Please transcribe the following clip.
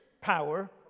power